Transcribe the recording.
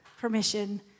permission